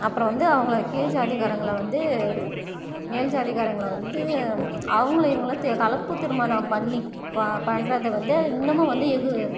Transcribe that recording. அப்புறம் வந்து அவங்களை கீழ் ஜாதிக்காரங்கள் வந்து மேல் ஜாதிக்காரங்கள் வந்து அவங்களை இவங்களை தெ கலப்பு திருமணம் பண்ணிக் பண்ணுறத வந்து இன்னுமும் வந்து எதிர்